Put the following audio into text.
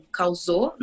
causou